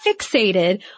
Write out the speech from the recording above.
fixated